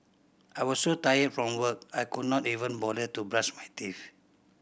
I was so tired from work I could not even bother to brush my teeth